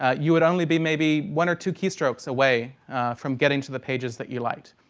ah you would only be maybe one or two keystrokes away from getting to the pages that you liked.